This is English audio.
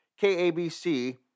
KABC